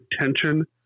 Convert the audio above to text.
attention